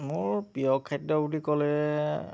মোৰ প্ৰিয় খাদ্য বুলি ক'লে